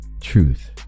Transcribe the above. truth